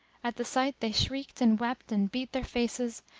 at the sight they shrieked and wept and beat their faces,